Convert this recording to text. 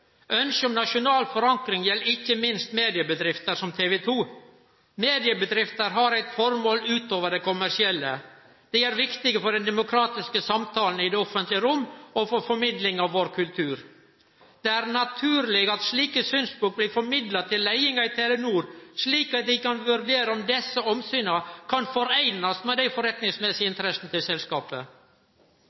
om nasjonal forankring gjeld ikkje minst mediebedrifter som TV 2. Mediebedrifter har eit formål utover det kommersielle. Dei er viktige for den demokratiske samtalen i det offentlege rom og for formidling av vår kultur. Det er naturleg at slike synspunkt blir formidla til leiinga i Telenor, slik at dei kan vurdere om desse omsyna kan foreinast med dei forretningsmessige interessene til selskapet.